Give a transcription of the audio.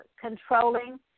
controlling